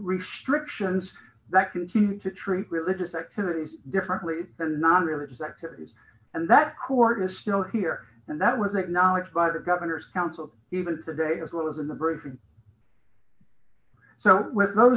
restrictions that continue to treat religious activities differently and non religious activities and that court is still here and that was acknowledged by the governor's council even today as well as in the briefing so with not